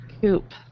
coop